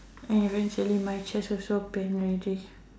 and eventually my chest also pain already